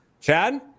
Chad